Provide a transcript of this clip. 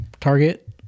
Target